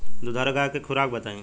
दुधारू गाय के खुराक बताई?